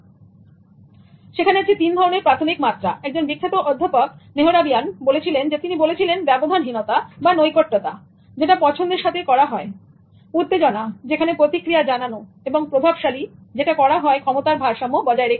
সুতরাং সেখানে আছে তিন ধরনের প্রাথমিক মাত্রা একজন বিখ্যাত অধ্যাপক মেহরাবিয়ান বলেছিলেন তিনি বলেছিলেন ব্যবধানহীনতা বাা নৈকট্যতা যেটা পছন্দের সাথে করা হয়উত্তেজনাযেখানে প্রতিক্রিয়া জানানো এবং প্রভবশালী যেটা করা হয় ক্ষমতার ভারসাম্য বজায় রেখে